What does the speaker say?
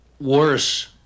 worse